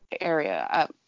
area